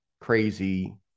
crazy